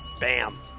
Bam